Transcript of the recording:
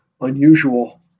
unusual